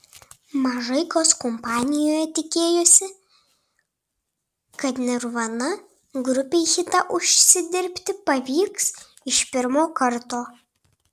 mažai kas kompanijoje tikėjosi kad nirvana grupei hitą užsidirbti pavyks iš pirmo karto